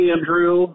Andrew